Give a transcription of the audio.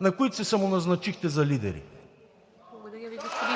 на които се самоназначихте за лидери. (Възгласи от